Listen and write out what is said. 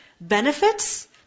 benefits